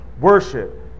Worship